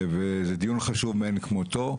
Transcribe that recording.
וזה דיון חשוב מאין כמותו,